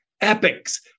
epics